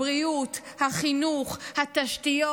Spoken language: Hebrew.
הבריאות, החינוך, התשתיות,